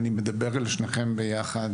אני מדבר על שניכם ביחד,